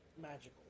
magical